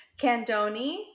Candoni